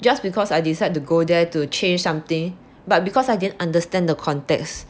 just because I decide to go there to change something but because I didn't understand the context